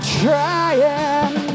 trying